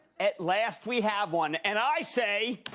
at last we have one, and i say.